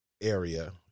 area